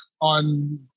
on